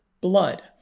blood